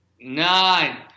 Nine